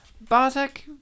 Bartek